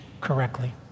correctly